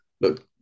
look